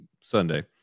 Sunday